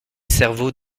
cerveaux